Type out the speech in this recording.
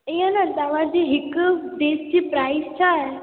ईअं न तव्हांजी हिक डिश जी प्राइज़ छा आहे